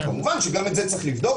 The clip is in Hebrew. כמובן גם את זה יש לבדוק.